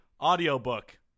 audiobook